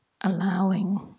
allowing